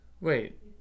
Wait